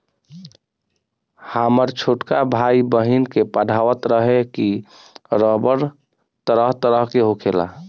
हामर छोटका भाई, बहिन के पढ़ावत रहे की रबड़ तरह तरह के होखेला